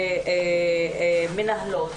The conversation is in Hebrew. מנהלות,